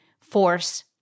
force